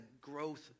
growth